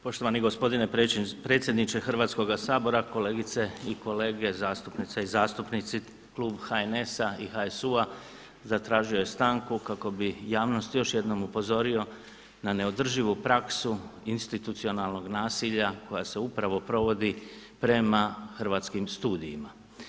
Poštovani gospodine predsjedniče Hrvatskoga sabora, kolegice i kolege zastupnice i zastupnici klub HNS-a i HSU-a zatražio je stanku kako bi javnost još jednom upozorio na neodrživu praksu institucionalnog nasilja koja se upravo provodi prema Hrvatskim studijima.